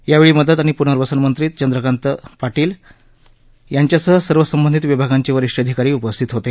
यावेळी मदत आणि प्नर्वसन मंत्री चंद्रकांत पाटील यांच्यासह सर्व संबंधित विभागांचे वरीष्ठ अधिकारी उपस्थित होते